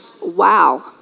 Wow